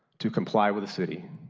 to comply with the city?